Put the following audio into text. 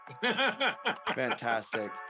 Fantastic